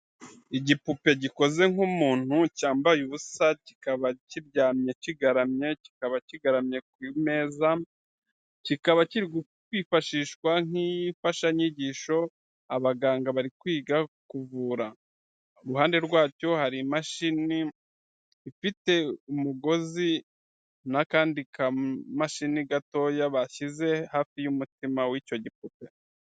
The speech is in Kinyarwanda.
Igipupe gikoze nk'umuntu, cyambaye ubusa, kikaba kiryamye kigaramye, kikaba kigaramye ku meza, kikaba kiri kwifashishwa nk'imfashanyigisho, abaganga bari kwiga kuvura, ku ruhande rwacyo hari imashini ifite umugozi n'akandi kamashini gatoya bashyize hafi y'umutima w'icyo gipupe.